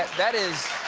that is